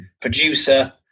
producer